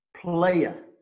player